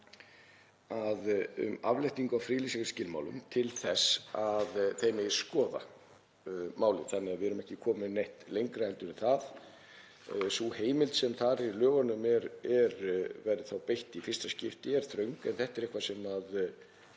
um afléttingu á friðlýsingarskilmálum til þess að þeir megi skoða málið, þannig að við erum ekki komin neitt lengra en það. Sú heimild sem þar er í lögunum, sem verður þá beitt í fyrsta skipti, er þröng. Þetta er eitthvað sem við